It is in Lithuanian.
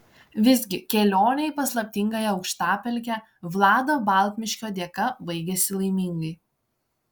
visgi kelionė į paslaptingąją aukštapelkę vlado baltmiškio dėka baigėsi laimingai